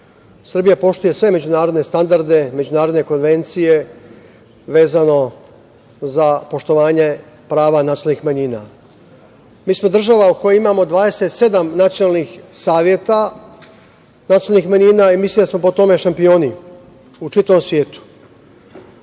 Srbija poštuje sve međunarodne standarde, međunarodne konvencije vezano za poštovanje prava nacionalnih manjina. Mi smo država u kojoj imamo 27 nacionalnih saveta nacionalnih manjina i mislim da smo po tome šampioni u čitavom svetu.